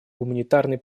гуманитарной